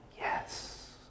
yes